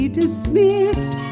dismissed